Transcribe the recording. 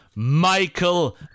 Michael